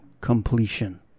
completion